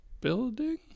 building